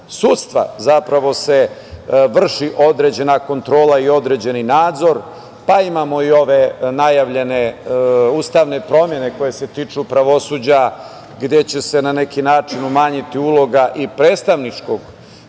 sa VSS, zapravo se vrši određena kontrola i određeni nadzor. Imamo i ove najavljene ustavne promene koje se tiču pravosuđa, gde će se na neki način umanjiti uloga i predstavničkog